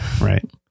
Right